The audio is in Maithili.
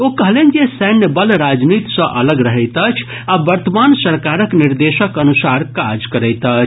ओ कहलनि जे सैन्यबल राजनीति सँ अलग रहैत अछि आ वर्तमान सरकारक निर्देशक अनुसार काज करैत अछि